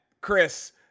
Chris